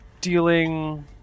Dealing